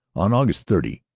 on aug. thirty,